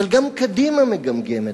אבל גם קדימה מגמגמת,